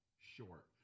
short